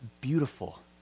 beautiful